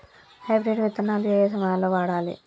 Hybrid విత్తనాలు ఏయే సమయాల్లో వాడాలి?